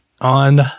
on